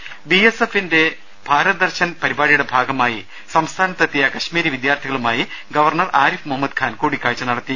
് B S എഫിന്റെ ഭാരത് ദർശൻ പരിപാടിയുടെ ഭാഗമായി സംസ്ഥാനത്തെത്തിയ കശ്മീരി വിദ്യാർത്ഥികളുമായി ഗവർണർ ആരിഫ് മുഹമ്മദ് ഖാൻ കൂടിക്കാഴ്ച നടത്തി